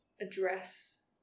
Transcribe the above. address